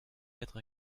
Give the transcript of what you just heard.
quatre